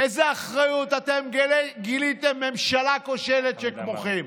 איזו אחריות אתם גיליתם, ממשלה כושלת שכמותכם?